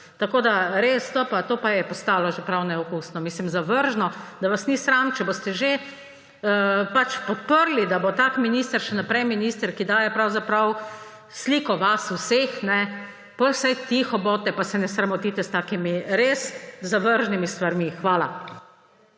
angeli. Res, to pa je postalo že prav neokusno, zavržno. Da vas ni sram. Če boste že podprli, da bo tak minister še naprej minister, ki daje pravzaprav sliko vas vseh, potem vsaj bodite tiho in se ne sramotite s takimi res zavržnimi stvarmi. Hvala.